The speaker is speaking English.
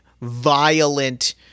violent